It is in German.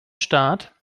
staat